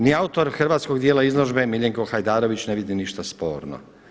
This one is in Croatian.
Ni autor hrvatskog dijela izložbe Miljenko Hajdarović ne vidi ništa sporno.